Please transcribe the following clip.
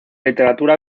literatura